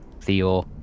Theo